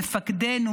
מפקדינו,